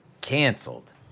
canceled